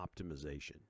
optimization